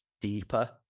deeper